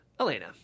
elena